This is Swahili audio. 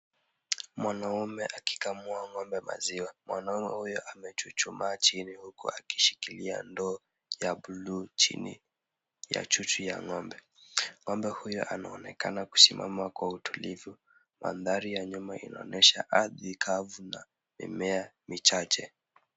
Mwanaume akikamua ng'ombe maziwa. Mwanaume huyo amechuchumaa chini huku akishikilia ndoo ya buluu chini ya chuchu ya ng'ombe. Ng'ombe huyo anaonekana kusimama kwa utulivu. Mandhari ya nyuma inaonyesha ardhi kavu na mimea michache.